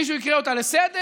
מישהו יקרא אותה לסדר?